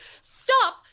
Stop